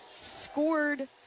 scored